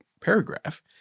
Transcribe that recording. paragraph